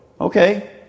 okay